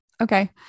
okay